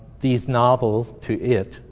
these novel, to it,